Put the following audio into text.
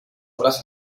obras